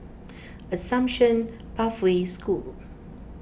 Assumption Pathway School